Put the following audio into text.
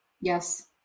Yes